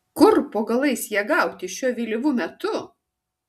kur po galais ją gauti šiuo vėlyvu metu